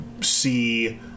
see